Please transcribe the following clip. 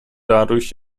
dadurch